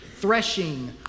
threshing